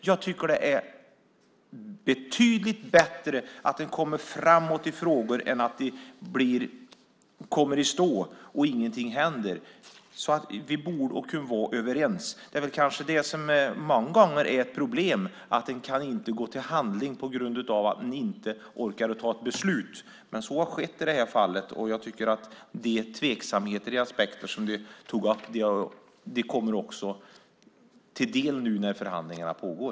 Jag tycker att det är betydligt bättre att man kommer framåt i frågor än att de går i stå och ingenting händer. Vi borde kunna vara överens. Många gånger är kanske problemet att man inte kan gå till handling på grund av att man inte orkar fatta ett beslut, men så har skett i det här fallet. Jag tror att de tveksamma aspekter som du tog upp kommer att diskuteras nu när förhandlingarna pågår.